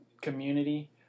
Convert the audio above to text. community